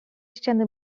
ściany